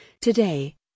Today